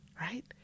Right